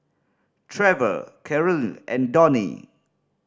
Trever Karyl and Donie